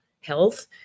health